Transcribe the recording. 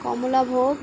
কমলা ভোগ